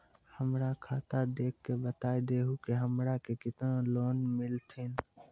हमरा खाता देख के बता देहु के हमरा के केतना लोन मिलथिन?